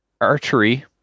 archery